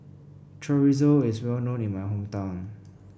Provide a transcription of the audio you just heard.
chorizo is well known in my hometown